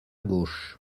gauche